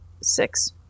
Six